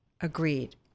Agreed